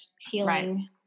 healing